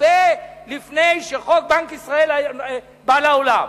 הרבה לפני שחוק בנק ישראל בא לעולם.